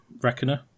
Reckoner